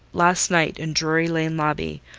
last night, in drury lane lobby,